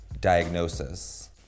diagnosis